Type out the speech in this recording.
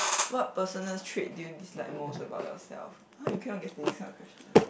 what personal trait do you dislike most about yourself how you keep on getting this kind of question